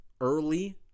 early